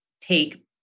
take